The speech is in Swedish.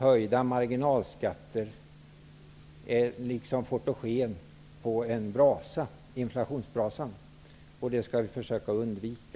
Höjda marginalskatter blir då liksom fotogen på en inflationsbrasa, och det skall vi försöka att undvika.